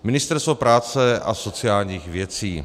Ministerstvo práce a sociálních věcí.